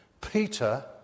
Peter